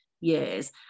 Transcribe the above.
years